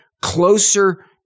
closer